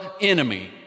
enemy